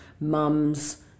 mums